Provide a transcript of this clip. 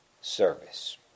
service